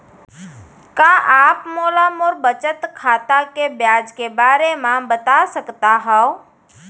का आप मोला मोर बचत खाता के ब्याज के बारे म बता सकता हव?